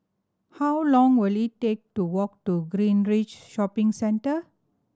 how long will it take to walk to Greenridge Shopping Centre